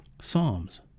psalms